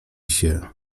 się